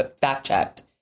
fact-checked